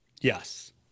Yes